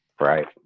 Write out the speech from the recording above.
right